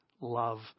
love